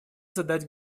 задать